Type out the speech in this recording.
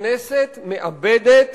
הכנסת מאבדת